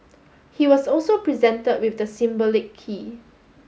he was also presented with the symbolic key